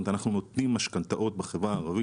אנחנו נותנים משכנתאות בחברה הערבית